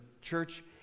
church